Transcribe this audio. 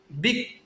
Big